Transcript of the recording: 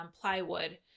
plywood